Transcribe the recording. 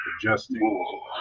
adjusting